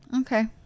Okay